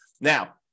now